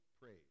praise